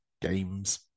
games